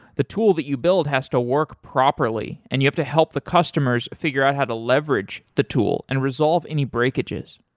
the tool that you build has to work properly and you have to help the customers figure out how to leverage the tool and resolve any breakages.